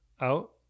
out